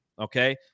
Okay